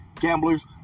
Gamblers